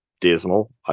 dismal